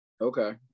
Okay